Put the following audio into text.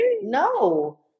no